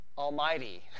almighty